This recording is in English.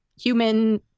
human